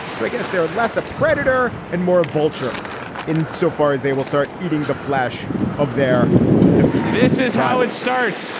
so i guess they're are less a predator and more a vulture in so far as they will start eating the flesh of their defeat this is how it starts